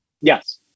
yes